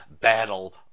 battle